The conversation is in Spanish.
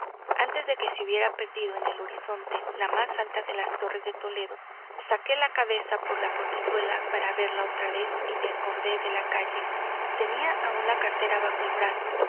antes de que se hubiera perdido en el horizonte la más alta de las torres de toledo saqué la cabeza por la portezuela para verla otra vez y me acordé de la calle tenía aún la cartera bajo el brazo